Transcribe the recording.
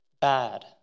bad